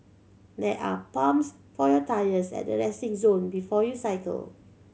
there are pumps for your tyres at the resting zone before you cycle